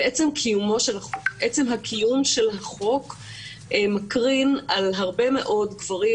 ועצם הקיום של החוק מקרין על הרבה מאוד גברים